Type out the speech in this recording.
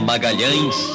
Magalhães